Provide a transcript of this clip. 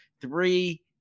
three